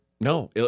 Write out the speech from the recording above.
no